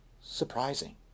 surprising